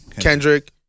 Kendrick